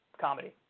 comedy